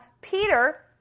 Peter